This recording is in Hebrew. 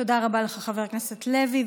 תודה רבה לך, חבר הכנסת לוי.